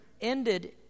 ended